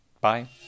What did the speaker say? Bye